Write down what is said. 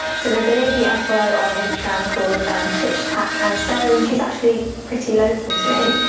so there's a lady i follow on instagram called um stitchtacksew, and so and she's actually pretty local to me,